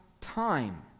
time